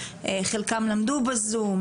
חלקם לא למדו בזום,